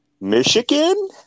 Michigan